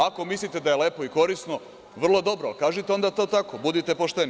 Ako mislite da je lepo i korisno, vrlo dobro, kažite onda to tako, budite pošteni.